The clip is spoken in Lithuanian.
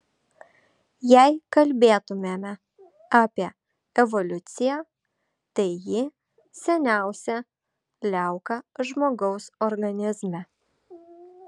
jei kalbėtumėme apie evoliuciją tai ji seniausia liauka žmogaus organizme